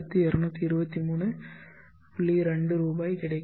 2 ரூபாய் கிடைக்கும்